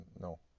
No